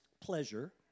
pleasure